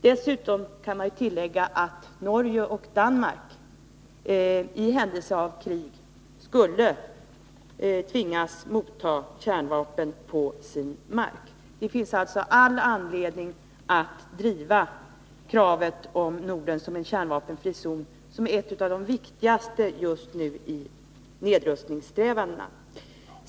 Dessutom kan man tillägga att Norge och Danmark i händelse av krig skulle tvingas motta kärnvapen på sin mark. Det finns alltså all anledning att driva kravet att Norden skall bli en kärnvapenfri zon. Det kravet är just nu det viktigaste i nedrustningssträvandena.